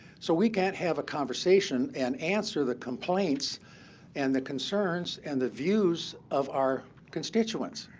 so we can't have a conversation, and answer the complaint and the concerns and the views of our constituents.